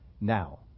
now